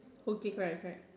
okay correct correct